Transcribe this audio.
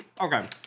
Okay